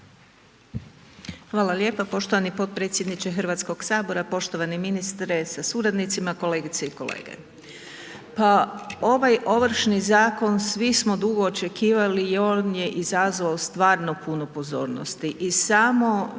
Hvala lijepa poštovani potpredsjedniče Hrvatskog sabora. Poštovani ministre sa suradnicima, kolegice i kolegice, pa ovaj Ovršni zakon svi smo dugo očekivali i on je izazvao stvarno puno pozornosti i samo